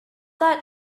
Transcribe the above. that